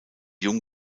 jung